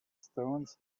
stones